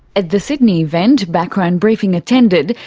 at the sydney event background briefing attended,